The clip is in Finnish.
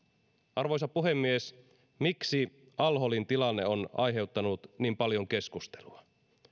arvoisa puhemies miksi al holin tilanne on aiheuttanut niin paljon keskustelua